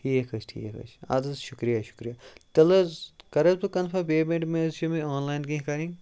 ٹھیٖک حظ ٹھیٖک حظ اَدٕ حظ شُکریہ شُکریہ تیٚلہِ حظ کَرٕ حظ بہٕ کَنفٲرٕم پیمٮ۪نٛٹ مہٕ حظ چھِ مےٚ آن لاین کیٚنٛہہ کَرٕنۍ